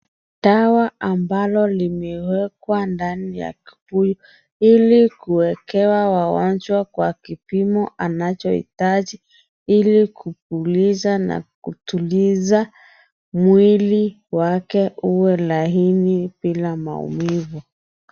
Dawa ambalo limewekwa ndani ya kibuyu ili kuekewa wagonjwa kwa kipimo anachohitaji ili kupuliza na kutuliza, mwili wake uwe laini bila maumivu.